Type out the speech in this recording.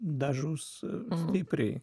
dažus stipriai